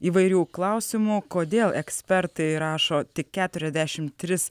įvairių klausimų kodėl ekspertai rašo tik keturiasdešimt tris